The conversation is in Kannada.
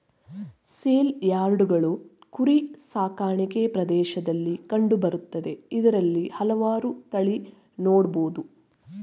ಸೇಲ್ಯಾರ್ಡ್ಗಳು ಕುರಿ ಸಾಕಾಣಿಕೆ ಪ್ರದೇಶ್ದಲ್ಲಿ ಕಂಡು ಬರ್ತದೆ ಇದ್ರಲ್ಲಿ ಹಲ್ವಾರ್ ತಳಿ ನೊಡ್ಬೊದು